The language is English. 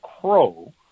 Crow